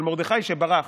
מרדכי שברח.